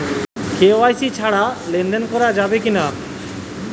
KYC ছাড়া লেনদেন করা যাবে কিনা?